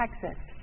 Texas